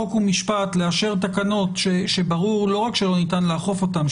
חוק ומשפט לאשר תקנות שברור לא רק שלא ניתן לאכוף אותן,